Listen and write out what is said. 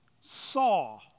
saw